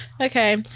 Okay